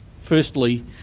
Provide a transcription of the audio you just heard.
firstly